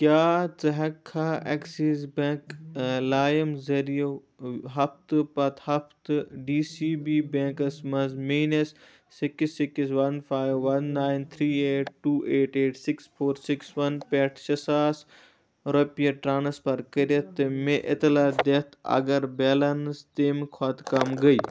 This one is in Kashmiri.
کیٛاہ ژٕ ہٮ۪کٕکھا اٮ۪کسیٖز بینٛک لایِم ذٔریعو ہَفتہٕ پَتہٕ ہَفتہٕ ڈی سی بی بینٛکَس منٛز میٛٲنِس six six one five one nine three eight two eight eight six four six one پٮ۪ٹھ شےٚ ساس رۄپیہِ ٹرٛانٕسفَر کٔرِتھ تہٕ مےٚ اِطلاع دِتھ اَگر بیلینٕس تَمہِ کھۄتہٕ کَم گٔے